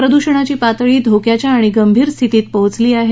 प्रदूषणाची पातळी धोक्याच्या आणि गंभीर स्थितीला पोचली आहे